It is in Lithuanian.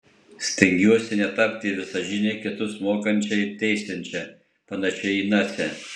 stengiuosi netapti visažine kitus mokančia ir teisiančia panašia į nacę